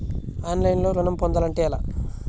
ఆన్లైన్లో ఋణం పొందాలంటే ఎలాగా?